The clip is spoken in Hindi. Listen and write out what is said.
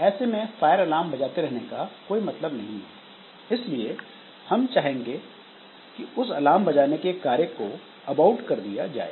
ऐसे में फायर अलार्म बजाते रहने का कोई मतलब नहीं है इसलिए हम चाहेंगे कि उस अलार्म बजाने के कार्य को अबाउट कर दिया जाए